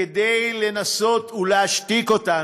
כדי לנסות להשתיק אותנו,